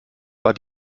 war